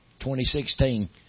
2016